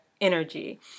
energy